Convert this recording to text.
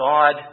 God